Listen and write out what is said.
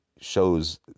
shows